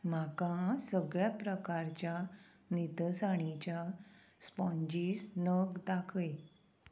म्हाका सगळ्या प्रकारच्या नितळसाणेच्या स्पोन्जीस नग दाखय